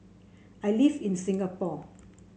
I live in Singapore